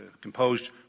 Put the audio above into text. composed